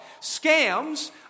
Scams